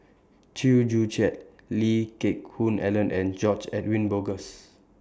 Chew Joo Chiat Lee Geck Hoon Ellen and George Edwin Bogaars